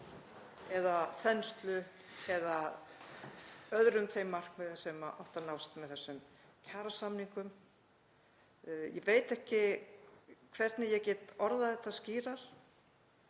eða þenslu eða önnur þau markmið sem áttu að nást með þessum kjarasamningum. Ég veit ekki hvernig ég get orðað þetta skýrar.